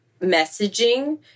messaging